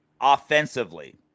offensively